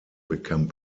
become